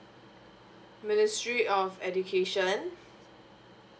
ministry of education